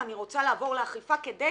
ואני רוצה לעבור לאכיפה כדי